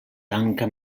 tanca